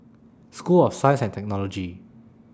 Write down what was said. School of Science and Technology